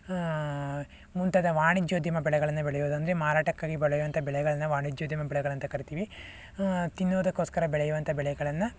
ಮುಂತಾದ ವಾಣಿಜ್ಯೋದ್ಯಮ ಬೆಳೆಗಳನ್ನು ಬೆಳೆಯುವುದಂದರೆ ಮಾರಾಟಕ್ಕಾಗಿ ಬೆಳೆಯುವಂಥ ಬೆಳೆಗಳನ್ನು ವಾಣಿಜ್ಯೋದ್ಯಮ ಬೆಳೆಗಳಂತ ಕರಿತೀವಿ ತಿನ್ನೋದಕ್ಕೋಸ್ಕರ ಬೆಳೆಯುವಂಥ ಬೆಳೆಗಳನ್ನು